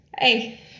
Hey